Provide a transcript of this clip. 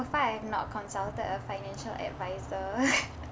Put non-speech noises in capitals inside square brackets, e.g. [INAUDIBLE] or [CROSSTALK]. far I have not consulted a financial advisor [LAUGHS]